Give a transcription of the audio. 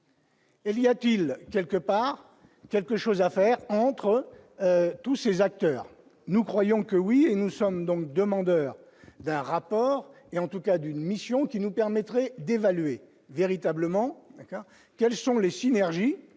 Elle y a-t-il quelque part quelque chose à faire entre tous ces acteurs, nous croyons que oui et nous sommes donc demandeurs d'un rapport et en tout cas d'une mission qui nous permettrait d'évaluer véritablement cas quelles sont les synergies